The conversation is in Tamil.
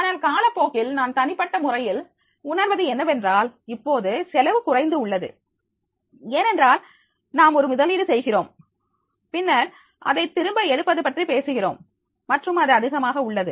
ஆனால் காலப்போக்கில் நான் தனிப்பட்ட முறையில் உணர்வது என்னவென்றால் இப்போது செலவு குறைந்து உள்ளது ஏனென்றால் நாம் ஒரு முதலீடு செய்கிறோம் பின்னர் அதை திரும்ப எடுப்பது பற்றி பேசுகிறோம் மற்றும் அது அதிகமாக உள்ளது